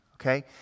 okay